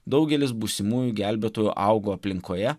daugelis būsimųjų gelbėtojų augo aplinkoje